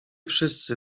wszyscy